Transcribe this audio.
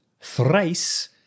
thrice